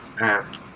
app